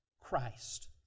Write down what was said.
Christ